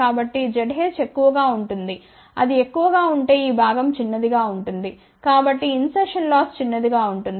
కాబట్టి Zh ఎక్కువగా ఉంటుంది అది ఎక్కువగా ఉంటే ఈ భాగం చిన్నదిగా ఉంటుంది కాబట్టి ఇన్సర్షన్ లాస్ చిన్నదిగా ఉంటుంది